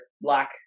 black